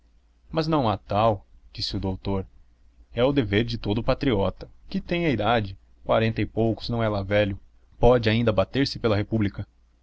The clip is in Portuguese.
mas não há tal disse o doutor é o dever de todo o patriota que tem a idade quarenta e poucos anos não é lá velho pode ainda bater se pela república